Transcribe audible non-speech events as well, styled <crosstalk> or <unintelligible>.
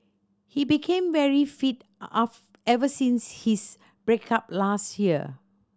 he became very fit <unintelligible> ever since his break up last year